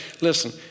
listen